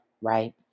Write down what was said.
right